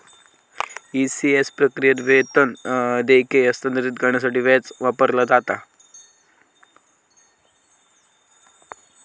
ECS प्रक्रियेत, वेतन देयके हस्तांतरित करण्यासाठी व्याज वापरला जाता